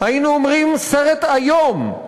היינו אומרים: סרט איום.